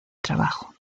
trabajo